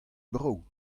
brav